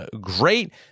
great